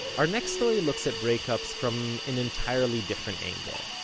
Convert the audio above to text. our next story looks at breakups from an entirely different angle.